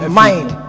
mind